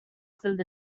filled